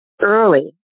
early